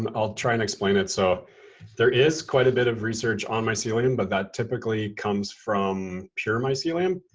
um i'll try and explain it. so there is quite a bit of research on mycelium, but that typically comes from pure mycelium.